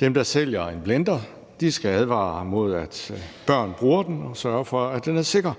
Dem, der sælger en blender, skal advare mod, at børn bruger den, og sørge for, at den er sikker.